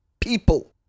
people